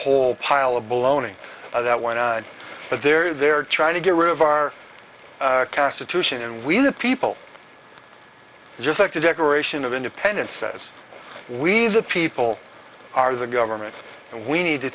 whole pile of baloney that went on but there they are trying to get rid of our constitution and we the people just like the declaration of independence says we the people are the government and we need to